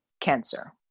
cancer